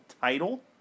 title